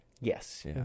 Yes